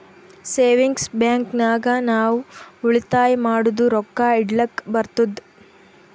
savings bank ನಾಗ್ ನಾವ್ ಉಳಿತಾಯ ಮಾಡಿದು ರೊಕ್ಕಾ ಇಡ್ಲಕ್ ಬರ್ತುದ್